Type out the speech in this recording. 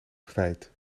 kwijt